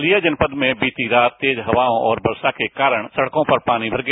बलिया जनपद में बीती रात तेज हवाओं और वर्षा के कारण सडकों पर पानी भर गया